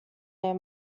their